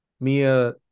Mia